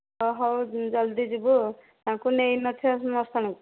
ହଁ ହଉ ଜଲ୍ଦି ଯିବୁ ଆଉ ତାଙ୍କୁ ନେଇନଥିବ ମଶାଣୀକୁ